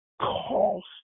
cost